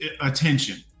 attention